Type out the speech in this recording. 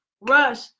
rush